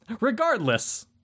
Regardless